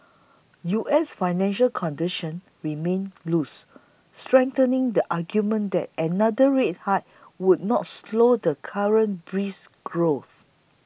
U S financial conditions remain loose strengthening the argument that another rate high would not slow the current brisk growth